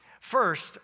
First